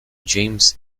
james